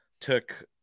took